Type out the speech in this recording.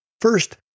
First